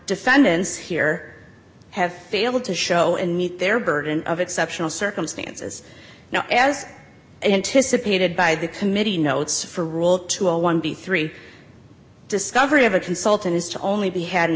defendants here have failed to show and meet their burden of exceptional circumstances now as anticipated by the committee notes for rule two a one b three discovery of a consultant is to only be had an